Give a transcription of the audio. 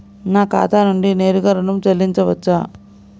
నా ఖాతా నుండి నేరుగా ఋణం చెల్లించవచ్చా?